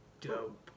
dope